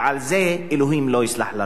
ועל זה אלוהים לא יסלח לנו.